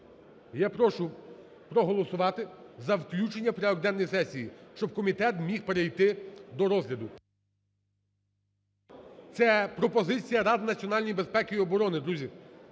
Я прошу проголосувати за включення у порядок денний сесії, щоб комітет міг перейти до розгляду. Це пропозиція Ради національної безпеки і оборони, друзі!